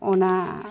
ᱚᱱᱟ